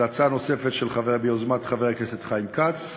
זו הצעה נוספת ביוזמת חבר הכנסת חיים כץ,